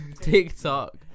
TikTok